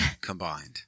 combined